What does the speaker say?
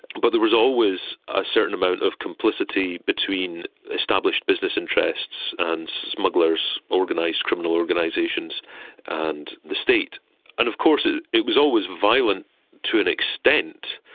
but there was always a certain amount of complicity between established business interests and smugglers, organised criminal organisations and the state. and of course it it was always violent to an extent,